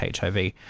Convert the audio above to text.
HIV